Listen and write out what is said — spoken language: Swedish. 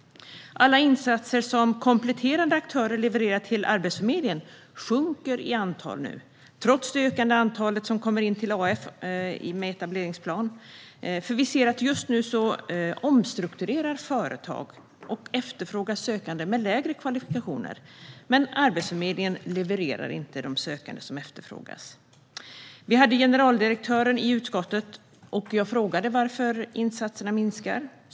Alla insatser som kompletterande aktörer levererar till Arbetsförmedlingen sjunker i antal nu, trots det ökande antalet personer som kommer in till AF med etableringsplan. Vi ser att företag omstrukturerar just nu och efterfrågar sökande med lägre kvalifikationer, men Arbetsförmedlingen levererar inte de sökande som efterfrågas. Vi hade generaldirektören på besök i utskottet, och jag frågade varför insatserna minskar.